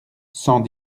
cent